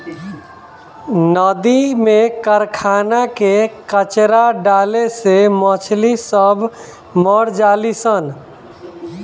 नदी में कारखाना के कचड़ा डाले से मछली सब मर जली सन